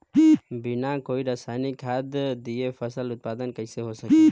बिना कोई रसायनिक खाद दिए फसल उत्पादन कइसे हो सकेला?